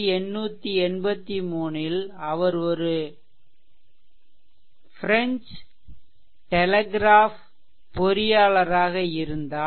1883இல் அவர் ஒரு French telegraph தந்திபொறியாளராக இருந்தார்